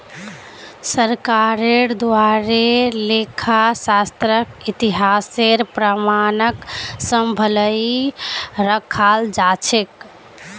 सरकारेर द्वारे लेखा शास्त्रक इतिहासेर प्रमाणक सम्भलई रखाल जा छेक